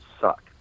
suck